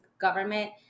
government